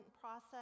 process